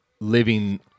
living